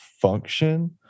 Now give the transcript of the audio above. function